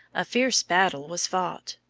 a fierce battle was fought.